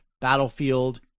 Battlefield